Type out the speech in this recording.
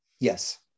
yes